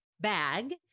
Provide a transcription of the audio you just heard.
Bag